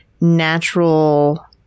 natural